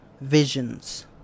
visions